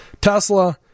Tesla